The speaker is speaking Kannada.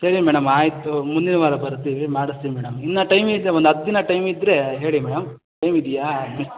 ಸರಿ ಮೇಡಮ್ ಆಯಿತು ಮುಂದಿನ ವಾರ ಬರ್ತೀವಿ ಮಾಡಸ್ತೀವಿ ಮೇಡಮ್ ಇನ್ನೂ ಟೈಮ್ ಇದೆ ಒಂದು ಹತ್ತು ದಿನ ಟೈಮ್ ಇದ್ದರೆ ಹೇಳಿ ಮೇಡಮ್ ಟೈಮ್ ಇದೆಯಾ